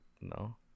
no